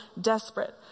desperate